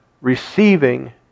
receiving